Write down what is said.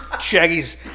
Shaggy's